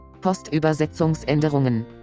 Postübersetzungsänderungen